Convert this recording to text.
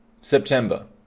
September